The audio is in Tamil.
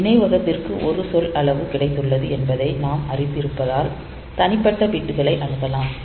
நினைவகத்திற்கு ஒரு சொல் அளவு கிடைத்துள்ளது என்பதை நாம் அறிந்திருப்பதால் தனிப்பட்ட பிட்களை அணுகலாம்